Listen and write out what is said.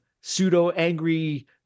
pseudo-angry